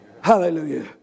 Hallelujah